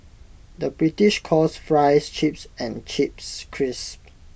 the British calls Fries Chips and Chips Crisps